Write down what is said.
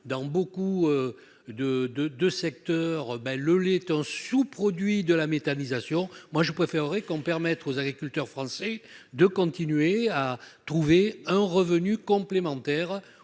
dans beaucoup de secteurs. Le lait est un sous-produit de la méthanisation. Pour ma part, je préfère que l'on permette aux agriculteurs français de continuer à trouver un revenu complémentaire